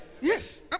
Yes